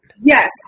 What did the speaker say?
Yes